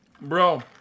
Bro